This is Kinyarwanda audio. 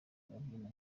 babyina